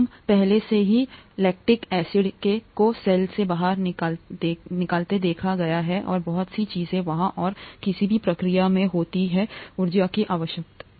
हम पहले से ही लैक्टिक एसिड को सेल से बाहर निकलते देखा गया है और बहुत सी चीजें वहां और किसी भी प्रक्रिया में होती हैं ऊर्जा की आवश्यकता है